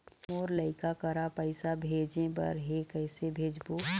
मोर लइका करा पैसा भेजें बर हे, कइसे भेजबो?